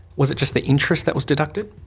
was it just the interest that was deducted?